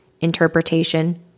interpretation